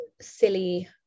silly